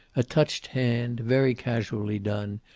a touched hand, very casually done,